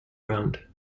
round